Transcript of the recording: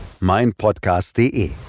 meinpodcast.de